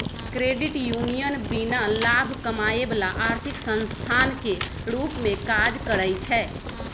credit union बीना लाभ कमायब ला आर्थिक संस्थान के रूप में काज़ करइ छै